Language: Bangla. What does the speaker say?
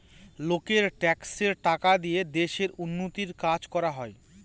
লোকের ট্যাক্সের টাকা দিয়ে দেশের উন্নতির কাজ করা হয়